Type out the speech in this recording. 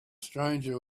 stranger